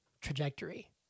trajectory